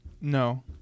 No